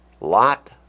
Lot